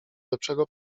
lepszego